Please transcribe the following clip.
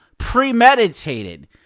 premeditated